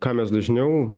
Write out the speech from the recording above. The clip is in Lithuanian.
ką mes dažniau